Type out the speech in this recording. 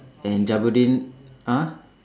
and Jabudeen !huh!